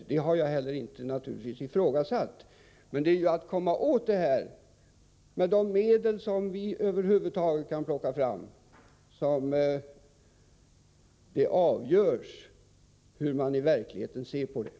Jag har naturligtvis inte ifrågasatt den allmänna inställningen, men det avgörande är att vi plockar fram alla de medel som det över huvud är möjligt att plocka fram.